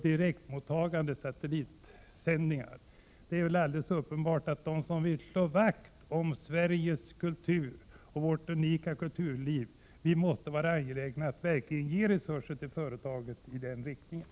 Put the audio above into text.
De som vill slå vakt om Prot. 1987/88:105 Sveriges kultur och vårt unika kulturliv måste vara angelägna om att verkligen ge företaget tillräckliga resurser.